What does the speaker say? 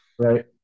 Right